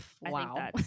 wow